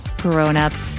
grownups